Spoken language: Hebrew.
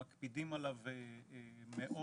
מקפידים עליו מאוד.